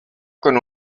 con